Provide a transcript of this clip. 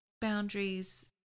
boundaries